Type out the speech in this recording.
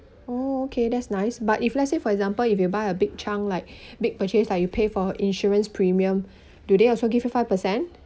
oh okay that's nice but if let's say for example if you buy a big chunk like big purchase like you pay for insurance premium do they also give you five percent